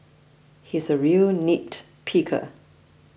he is a real nitpicker